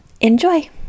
enjoy